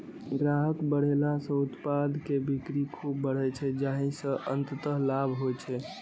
ग्राहक बढ़ेला सं उत्पाद के बिक्री खूब बढ़ै छै, जाहि सं अंततः लाभ होइ छै